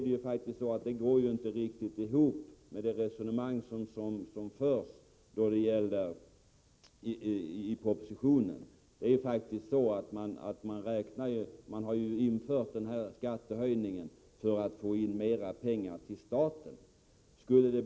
Det går emellertid inte riktigt ihop med det resonemang som förs i propositionen. Där står det faktiskt att man infört denna skattehöjning för att få in mer pengar till staten.